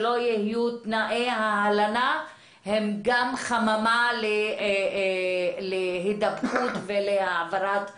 שלא יהיו תנאי הלנה שהם גם חממה להידבקות ולהעברת המחלה.